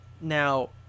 now